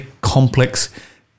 complex